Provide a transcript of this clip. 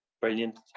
brilliant